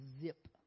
zip